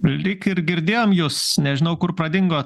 lyg ir girdėjom jus nežinau kur pradingo